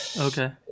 Okay